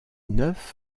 neuf